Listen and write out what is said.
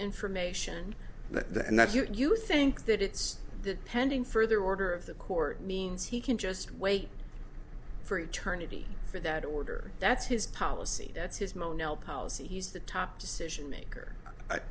information that and that you think that it's that pending further order of the court means he can just wait for eternity for that order that's his policy that's his mono policy he's the top decision maker i